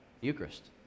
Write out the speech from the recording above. Eucharist